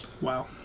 Wow